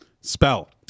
Spell